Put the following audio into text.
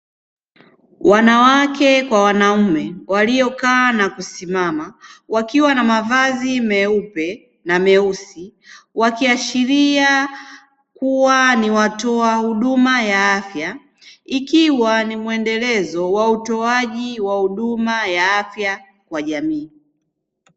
Wanawake kwa wanaume waliokaa na kusimama wakiwa na mavazi meupe na meusi, wakiashiria kuwa ni watoa huduma ya afya ikiwa ni mwendelezo wa utoaji wa huduma ya afya kwa jamii.